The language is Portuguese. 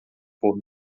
por